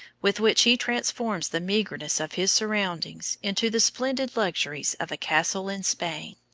with which he transforms the meagreness of his surroundings into the splendid luxuries of a castle in spain.